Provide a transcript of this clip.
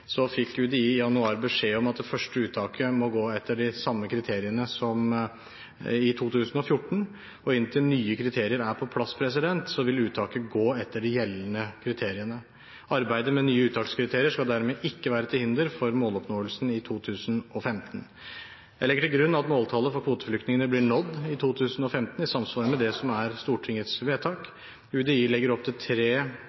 fikk UDI i januar beskjed om at det første uttaket må gå etter de samme kriteriene som i 2014, og inntil nye kriterier er på plass vil uttaket gå etter de gjeldende kriteriene. Arbeidet med nye uttakskriterier skal dermed ikke være til hinder for måloppnåelsen i 2015. Jeg legger til grunn at måltallet for kvoteflyktningene blir nådd i 2015, i samsvar med det som er Stortingets vedtak. UDI legger opp til tre